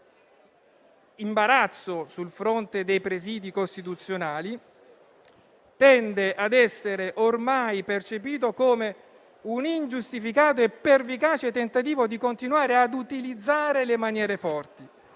qualche imbarazzo sul fronte dei presidi costituzionali, tende a essere ormai percepito come un ingiustificato e pervicace tentativo di continuare ad utilizzare le maniere forti.